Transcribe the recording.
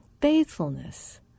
faithfulness